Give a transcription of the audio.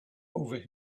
over